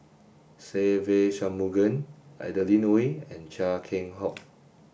Se Ve Shanmugam Adeline Ooi and Chia Keng Hock